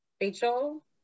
Rachel